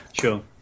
sure